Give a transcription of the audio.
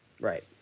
Right